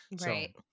right